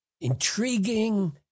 intriguing